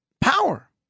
power